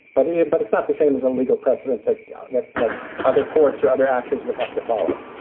but it but it's not the same as a legal precedent that that that other courts or other actors would have to follow.